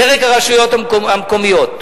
פרק הרשויות המקומיות,